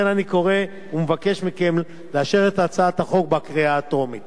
לכן אני קורא ומבקש מכם לאשר את הצעת החוק בקריאה הטרומית.